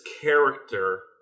character